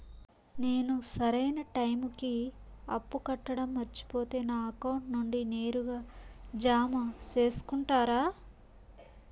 నేను సరైన టైముకి అప్పు కట్టడం మర్చిపోతే నా అకౌంట్ నుండి నేరుగా జామ సేసుకుంటారా?